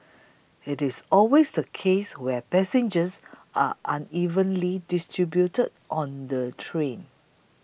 it is always the case where passengers are unevenly distributed on the train